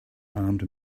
armed